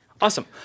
Awesome